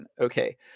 Okay